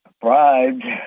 bribed